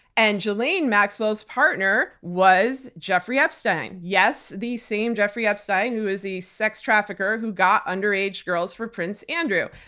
and ghislaine maxwell's partner was jeffrey epstein. yes, the same jeffrey epstein who was the sex trafficker who got underaged girls for prince andrew.